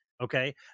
okay